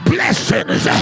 Blessings